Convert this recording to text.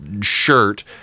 shirt